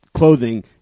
Clothing